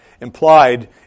Implied